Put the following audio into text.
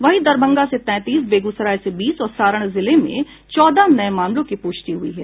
वहीं दरभंगा से तैंतीस बेगूसराय से बीस और सारण जिले से चौदह नये मामलों की पुष्टि हुई है